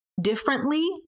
differently